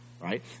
right